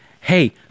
hey